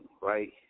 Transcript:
right